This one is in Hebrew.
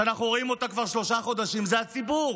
שאנחנו רואים אותה כבר שלושה חודשים, היא הציבור,